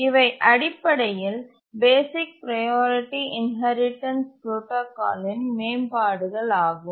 இவை அடிப்படையில் basic priority inheritance புரோடாகாலின் மேம்பாடுகளாகும்